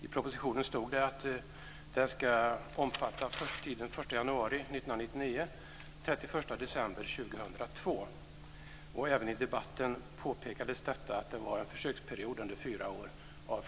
I propositionen stod det att försöksperioden skulle omfatta tiden från den 1 januari 1999 till den 31 december 2002. Även i debatten påpekade flera deltagare att det var fråga om en försöksperiod under fyra år.